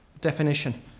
definition